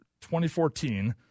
2014